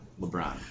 LeBron